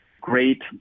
great